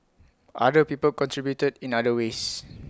other people contributed in other ways